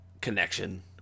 connection